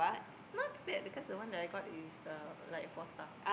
not bad because the one I got is uh like a four star